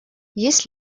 есть